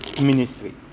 ministry